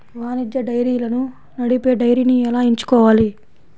వాణిజ్య డైరీలను నడిపే డైరీని ఎలా ఎంచుకోవాలి?